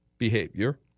behavior